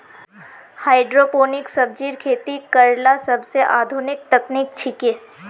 hydroponic सब्जिर खेती करला सोबसे आधुनिक तकनीक छिके